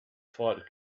fight